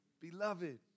Beloved